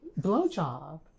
Blowjob